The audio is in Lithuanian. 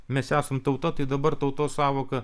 mes esam tauta tai dabar tautos sąvoka